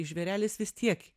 žvėrelis vis tiek